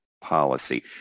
policy